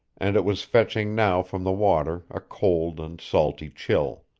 and it was fetching now from the water a cold and salty chill.